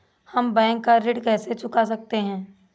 हम बैंक का ऋण कैसे चुका सकते हैं?